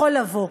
יכול לבוא.